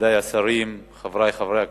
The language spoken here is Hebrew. מכובדי השרים, חברי חברי הכנסת,